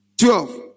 Twelve